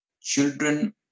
children